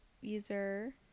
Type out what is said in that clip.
user